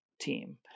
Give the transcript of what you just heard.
team